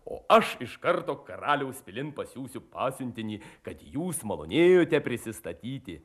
o aš iš karto karaliaus pilin pasiųsiu pasiuntinį kad jūs malonėjote prisistatyti